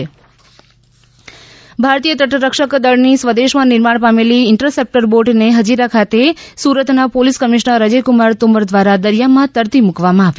interceptor boat ભારતીય તટરક્ષકદળની સ્વદેશમાં નિર્માણ પામેલી ઇન્ટરસેપ્ટર બોટને હજીરા ખાતે સુરતના પોલીસ કમિશ્નર અજય કુમાર તોમર દ્વારા દરિયામાં તરતી મુકવામાં આવી